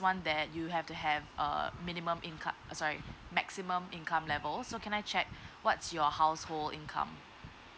one that you have to have a minimum income sorry maximum income level so can I check what's your household income